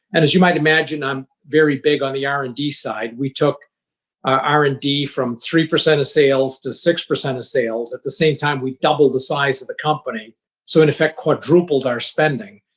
and as you might imagine, i'm very big on the r and d side. we took r and d from three percent of sales to six percent of sales. at the same time, we doubled the size of the company so, in effect, quadrupled our spending.